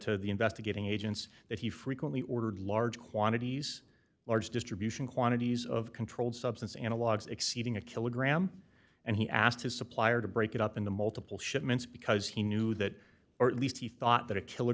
the investigating agents that he frequently ordered large quantities large distribution quantities of controlled substance analogues exceeding a kilogram and he asked his supplier to break it up into multiple shipments because he knew that or at least he thought that a kil